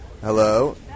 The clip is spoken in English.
Hello